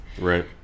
Right